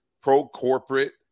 pro-corporate